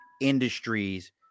industries